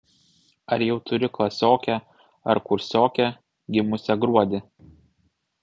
ar jau turi klasiokę ar kursiokę gimusią gruodį